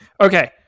Okay